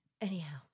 Anyhow